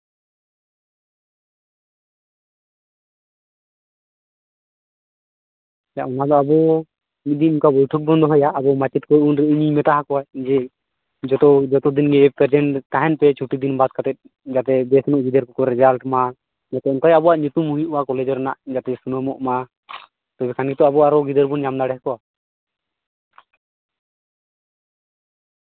ᱪᱮᱫᱟᱜ ᱚᱱᱟ ᱫᱚ ᱟᱵᱚᱢᱤᱫ ᱫᱤᱱ ᱚᱱᱟ ᱵᱳᱭᱴᱷᱳᱠ ᱵᱚᱱ ᱫᱚᱦᱚᱭᱟ ᱟᱵᱚ ᱢᱟᱪᱮᱫ ᱠᱚ ᱩᱱᱨᱮ ᱤᱧᱤᱧ ᱢᱮᱛᱟ ᱟᱠᱚᱣᱟ ᱡᱮ ᱡᱚᱛᱚ ᱡᱚᱛᱚ ᱫᱤᱱ ᱜᱮ ᱯᱨᱮᱡᱮᱱ ᱛᱟᱦᱮᱱ ᱯᱮ ᱪᱷᱩᱴᱤ ᱫᱤᱱ ᱵᱟᱫ ᱠᱟᱛᱮ ᱡᱟᱛᱮ ᱵᱮᱥ ᱧᱚᱜ ᱜᱤᱫᱟᱹᱨ ᱠᱚ ᱨᱮᱡᱟᱞᱴ ᱢᱟ ᱡᱟᱛᱮ ᱚᱱᱠᱟ ᱜᱮ ᱟᱵᱚᱣᱟᱜ ᱧᱩᱛᱩᱢ ᱦᱩᱭᱩᱜᱼᱟ ᱠᱚᱞᱮᱡᱽ ᱨᱮᱱᱟᱜ ᱡᱟᱛᱮ ᱥᱩᱱᱟᱢᱚᱜᱼᱢᱟ ᱛᱚᱵᱮ ᱠᱷᱟᱱ ᱜᱮᱛᱚ ᱟᱵᱚ ᱟᱨᱚ ᱜᱤᱫᱟᱹᱨ ᱵᱚᱱ ᱧᱟᱢ ᱫᱟᱲᱮᱣ ᱟᱠᱚᱣᱟ